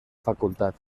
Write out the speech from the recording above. facultad